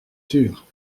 sûr